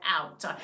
out